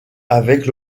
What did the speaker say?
avec